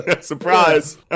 surprise